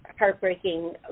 heartbreaking